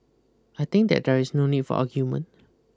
I think that there is no need for argument